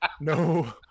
no